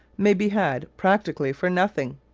may be had practically for nothing.